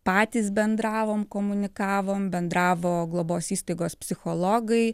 patys bendravom komunikavom bendravo globos įstaigos psichologai